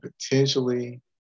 potentially